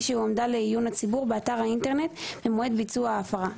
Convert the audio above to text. שהועמדה לעיון הציבור באתר האינטרנט במועד ביצוע ההפרה";